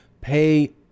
pay